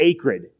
acrid